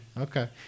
Okay